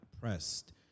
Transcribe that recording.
pressed